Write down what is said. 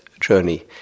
journey